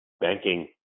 banking